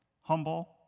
humble